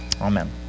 Amen